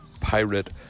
pirate